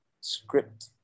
script